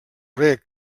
reg